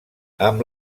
amb